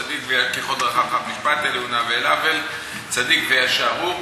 כל דרכיו משפט אל אמונה ואין עוול צדיק וישר הוא".